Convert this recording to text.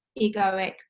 egoic